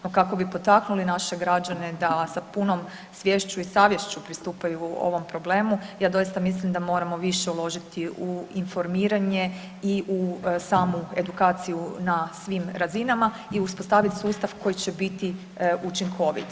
No, kako bi potaknuli naše građane da sa punom sviješću i savješću pristupaju ovom problemu, ja doista mislim da moramo više uložiti u informiranje i u samu edukaciju na svim razinama i uspostaviti sustav koji će biti učinkovit.